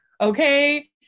okay